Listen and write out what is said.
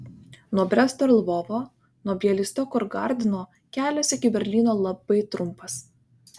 nuo bresto ir lvovo nuo bialystoko ir gardino kelias iki berlyno labai trumpas